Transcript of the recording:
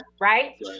Right